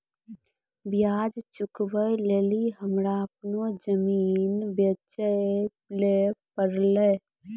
ब्याज चुकबै लेली हमरा अपनो जमीन बेचै ले पड़लै